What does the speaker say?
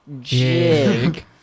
Jig